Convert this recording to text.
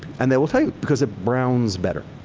and they will tell you because it browns better.